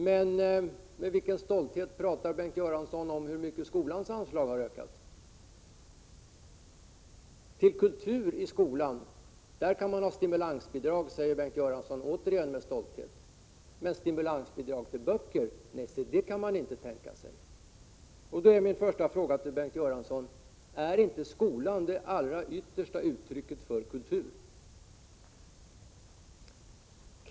Men vilken stolthet känner Bengt Göransson när han talar om hur mycket skolans anslag har ökat? Till kultur i skolan kan man ha stimulansbidrag, säger Bengt Göransson, återigen med stolthet. Men stimulansbidrag till böcker kan man inte tänka sig! Då är min första fråga till Bengt Göransson: Är inte skolan det allra yttersta uttrycket för kultur?